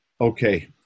Okay